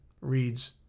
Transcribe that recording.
reads